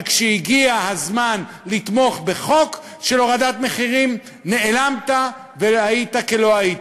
אבל כשהגיע הזמן לתמוך בחוק של הורדת מחירים נעלמת והיית כלא היית.